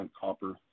copper